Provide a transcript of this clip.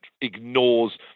ignores